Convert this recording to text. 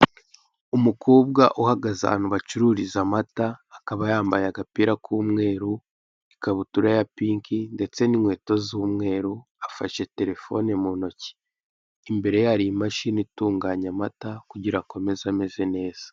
Umukobwa uhagaze ahantu bacururiza amata akaba yambaye agapira k'umweru, ikabutura ya pinki ndetse n'inkweto z'umweru afashe telefone mu ntoki, imbere ye hari imashini itunganya amata kugira ngo akomeze ameze neza.